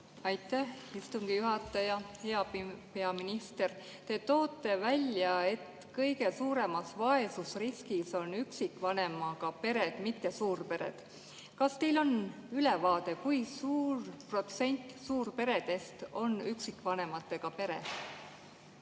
Aitäh, istungi juhataja! Hea peaminister! Te toote välja, et kõige suuremas vaesusriskis on üksikvanemaga pered, mitte suurpered. Kas teil on ülevaade, kui suur protsent suurperedest on üksikvanemaga pered?